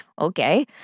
okay